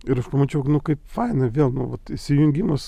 ir aš pamačiau kaip faina vėl nu vat įsijungimas